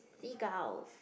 seagulls